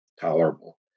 tolerable